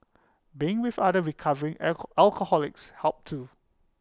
being with other recovery alcoholics helped too